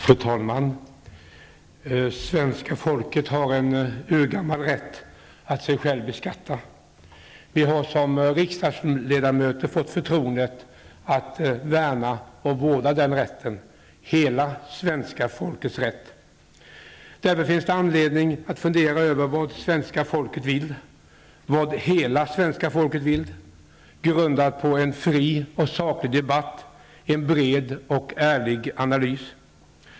Fru talman! Svenska folket har en urgammal rätt att sig självt beskatta. Vi har som riksdagsledamöter fått förtroendet att värna och vårda den rätten -- hela svenska folkets rätt. Därför finns det anledning att fundera över vad svenska folket vill, vad hela svenska folket vill, grundat på en fri och saklig debatt, en bred och ärlig analys.